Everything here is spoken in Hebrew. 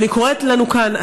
ואני קוראת לנו כאן,